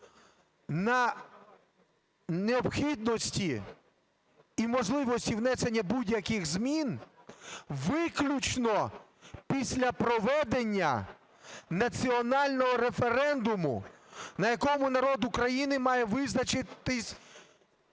на необхідності і можливості внесення будь-яких змін виключно після проведення національного референдуму, на якому народ України має визначитись